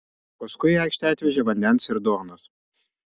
paskui į aikštę atvežė vandens ir duonos